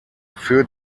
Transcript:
für